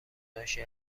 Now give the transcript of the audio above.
ناشی